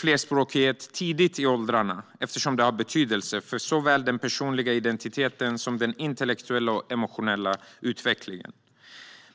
flerspråkighet tidigt i åldrarna, eftersom det har betydelse för såväl den personliga identiteten som den intellektuella och emotionella utvecklingen.